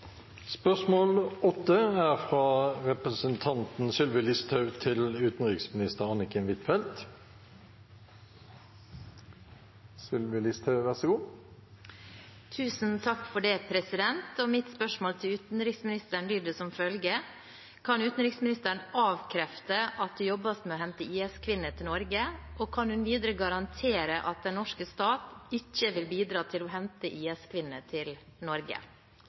Mitt spørsmål til utenriksministeren lyder: «Kan utenriksministeren avkrefte at det jobbes med å hente IS-kvinner til Norge, og kan hun videre garantere at den norske stat ikke vil bidra til å hente IS-kvinner til Norge?» Det er offentlig kjent at det fortsatt befinner seg totalt fire norske kvinner, med til